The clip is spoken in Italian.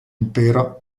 impero